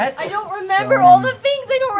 i don't remember all the things, i